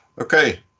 Okay